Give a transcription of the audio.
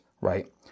right